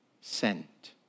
sent